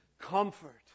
comfort